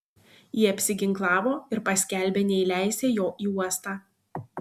jie apsiginklavo ir paskelbė neįleisią jo į uostą